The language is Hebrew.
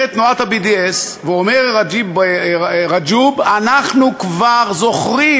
אומרת תנועת ה-BDS ואומר ג'יבריל רג'וב: אנחנו כבר זוכרים